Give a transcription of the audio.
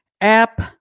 app